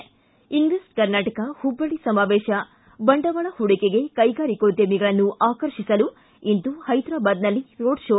ಿ ಇನ್ವೆಸ್ಟ್ ಕರ್ನಾಟಕ ಹುಬ್ಬಳ್ಳಿ ಸಮಾವೇಶ ಬಂಡವಾಳ ಹೂಡಿಕೆಗೆ ಕೈಗಾರಿಕೋದ್ಯಮಿಗಳನ್ನು ಆಕರ್ಷಿಸಲು ಇಂದು ಹೈದರಾಬಾದ್ನಲ್ಲಿ ರೋಡ್ಶೋ